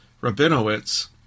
Rabinowitz